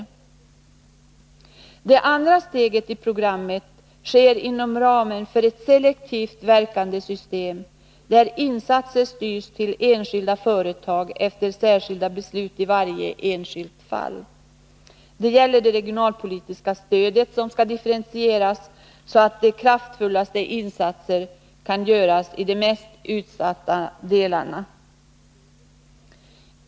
Det andra steget inom programmet tas inom ramen för ett selektivt verkande system, där insatser styrs till enskilda företag efter särskilda beslut i varje enskilt fall. Det gäller det regionalpolitiska stödet som skall differentieras så, att de kraftfullaste insatserna kan göras i de mest utsatta landsdelarna.